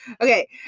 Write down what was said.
Okay